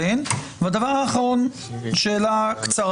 אין שרירות, שרירות זה חוסר סבירות.